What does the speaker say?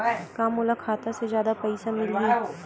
का मोला खाता से जादा पईसा मिलही?